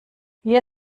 wir